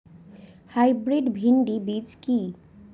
Hybrid ভীন্ডি বীজ কি?